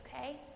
okay